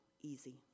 easy